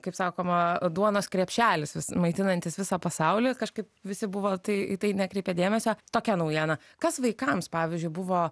kaip sakoma duonos krepšelis vis maitinantis visą pasaulį kažkaip visi buvo tai į tai nekreipė dėmesio tokia naujiena kas vaikams pavyzdžiui buvo